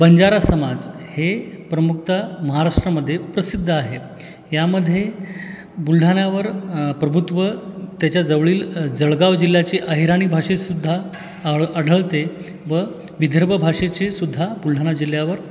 बंजारा समाज हे प्रमुखतः महाराष्ट्रामध्ये प्रसिद्ध आहेत यामध्ये बुलढाण्यावर प्रभुत्व त्याच्याजवळील जळगाव जिल्ह्याचे अहिराणी भाषेतसुद्धा आळ आढळते व विदर्भ भाषेचे सुद्धा बुलढाणा जिल्ह्यावर